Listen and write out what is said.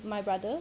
my brother